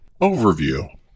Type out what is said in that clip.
Overview